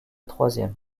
troisième